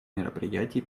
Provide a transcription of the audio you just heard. мероприятии